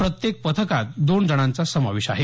प्रत्येक पथकात दोन जणांचा समावेश आहे